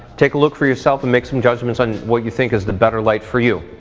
take a look for yourself and make some judgements on what you think is the better light for you.